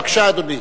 בבקשה, אדוני.